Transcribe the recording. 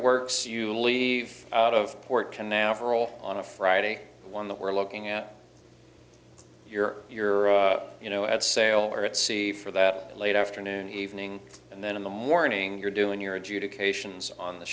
works you leave out of port canaveral on a friday one that we're looking at your your you know at sale or at sea for that late afternoon evening and then in the morning you're doing your adjudications on the